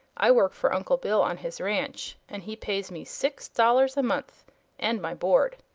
i work for uncle bill on his ranch, and he pays me six dollars a month and my board.